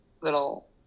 little